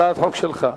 הצעת חוק שלך.